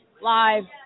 live